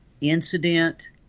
incident